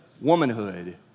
womanhood